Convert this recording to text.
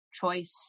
choice